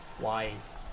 Wise